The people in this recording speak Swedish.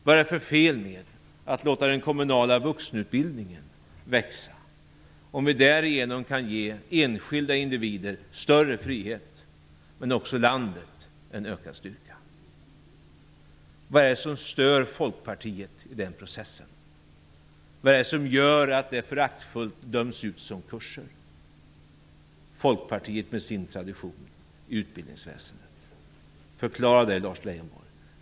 Vad är det för fel att låta den kommunala vuxenutbildningen växa, om vi därigenom kan ge enskilda individer större frihet men också ge landet en ökad styrka? Vad är det som stör Folkpartiet i den processen? Vad är det som gör att det föraktfullt döms ut som kurser av Folkpartiet, med dess tradition i utbildningsväsendet? Förklara det Lars Leijonborg.